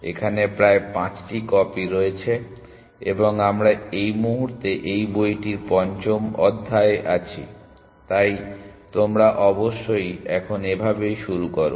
এখানে প্রায় 5টি কপি রয়েছে এবং আমরা এই মুহূর্তে এই বইটির পঞ্চম অধ্যায়ে আছি তাই তোমরা অবশ্যই এখন এভাবেই শুরু করো